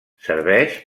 serveix